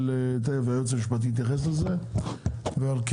היועץ המשפטי יתייחס לכך בהמשך ועל כן